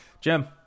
jim